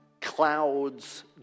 clouds